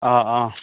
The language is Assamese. অঁ অঁ